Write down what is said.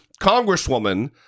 congresswoman